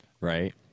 Right